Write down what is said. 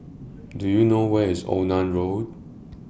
Do YOU know Where IS Onan Road